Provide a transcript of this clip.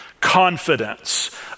confidence